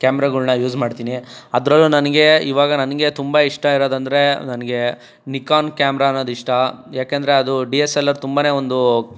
ಕ್ಯಾಮ್ರಗಳನ್ನ use ಮಾಡ್ತೀನಿ ಅದರಲ್ಲೂ ನನಗೆ ಈವಾಗ ನನಗೆ ತುಂಬ ಇಷ್ಟ ಇರೋದೆಂದ್ರೆ ನನಗೆ ನಿಕೊನ್ ಕ್ಯಾಮ್ರ ಅನ್ನೋದು ಇಷ್ಟ ಏಕೆಂದರೆ ಅದು ಡಿ ಎಸ್ ಎಲ್ ಆರ್ ತುಂಬನೇ ಒಂದು